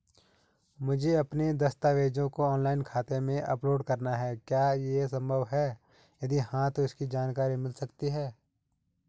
मुझे अपने दस्तावेज़ों को ऑनलाइन खाते में अपलोड करना है क्या ये संभव है यदि हाँ तो इसकी जानकारी मिल सकती है?